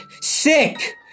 sick